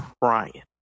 crying